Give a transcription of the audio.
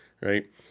right